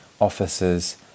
officers